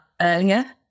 earlier